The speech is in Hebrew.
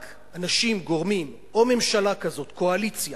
רק אנשים, גורמים, או ממשלה כזאת, קואליציה